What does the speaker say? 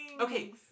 Okay